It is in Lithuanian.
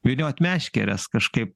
vyniot meškeres kažkaip